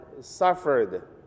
suffered